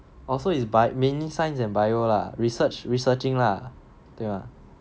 oh so is mainly science and bio lah research researching lah 对吗